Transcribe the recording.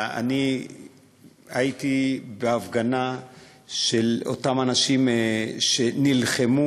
הייתי בהפגנה של אותם אנשים שנלחמו,